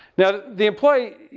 now the employee,